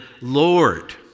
Lord